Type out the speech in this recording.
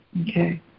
Okay